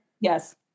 Yes